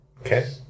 Okay